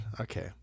okay